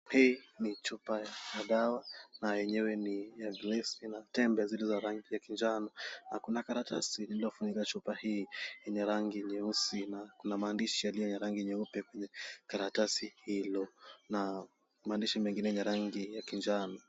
Hii ni chupa ya dawa na yenyewe ni ya glesi na tembe zilizo na rangi ya kinjani na kuna karatasi iliyofunika chupa hii yenye rangi nyeusi na kuna maandishi yaliyo ya rangi nyeupe pia, karatasi hilo. Maandishi mengine ni ya rangi ya kinjano.